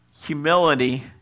humility